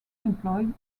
employed